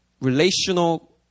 relational